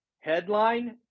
Headline